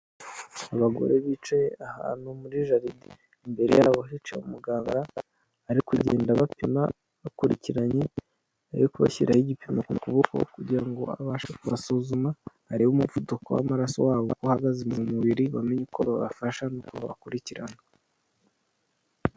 Abagore bicaye ahantu muri jaride, imbere yabo hicaye umuganga ari kugenda abapima bakurikiranye, ari kubashyiraho igipimo ku kuboko, kugira ngo abashe kubasuzuma arebe umuvuduko w'amaraso wabo uko uhagaze mu mubiri, bamenye uko babafasha n'uko babakurikirana.